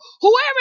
whoever